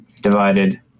Divided